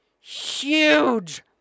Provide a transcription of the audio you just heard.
Huge